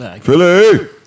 Philly